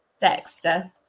Dexter